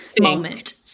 moment